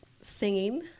singing